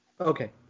Okay